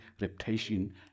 reputation